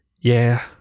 Yeah